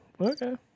okay